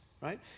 right